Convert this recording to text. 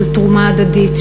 של תרומה הדדית,